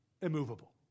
immovable